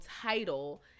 title